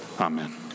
Amen